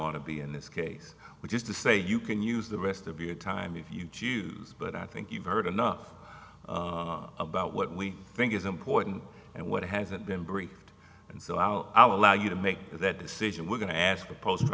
ought to be in this case which is to say you can use the rest of your time if you choose but i think you've heard enough about what we think is important and what hasn't been briefed and so how our allow you to make that decision we're going to ask the post